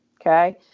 Okay